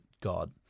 God